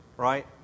Right